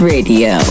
Radio